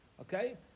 Okay